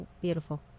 beautiful